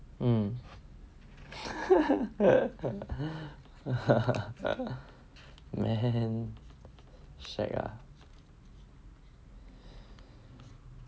mm then shag ah